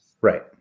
Right